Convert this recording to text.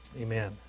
Amen